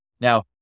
Now